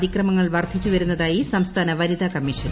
അതിക്രമങ്ങൾ വർദ്ധിച്ചുവരുന്നതായി സംസ്ഥാന വനിതാ കമ്മീഷൻ